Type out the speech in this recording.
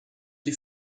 die